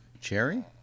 Cherry